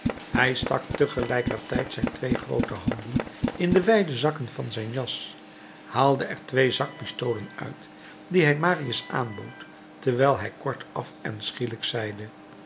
hij stak tegelijkertijd zijn twee groote handen in de wijde zakken van zijn jas haalde er twee zakpistolen uit die hij marius aanbood terwijl hij kortaf en schielijk zeide